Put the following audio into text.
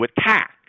attack